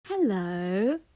Hello